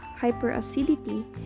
hyperacidity